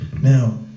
Now